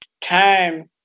time